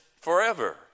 forever